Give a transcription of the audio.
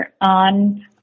on